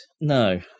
No